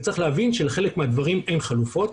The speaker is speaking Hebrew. צריך להבין שלחלק מהדברים אין חלופות,